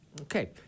okay